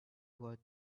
what